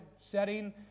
setting